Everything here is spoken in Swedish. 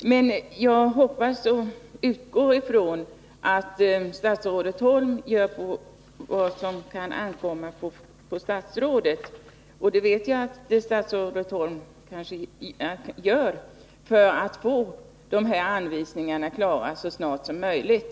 Men jag hoppas, och utgår från, att statsrådet Holm gör det som kan ankomma på statsrådet — och det vet jag att statsrådet Holm gör — för att få dessa anvisningar klara så snart som möjligt.